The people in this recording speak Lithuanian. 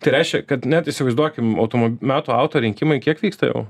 tai reiškia kad net įsivaizduokim automob metų autorinkimai kiek vyksta jau